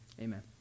Amen